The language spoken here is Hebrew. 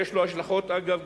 ואגב,